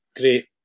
Great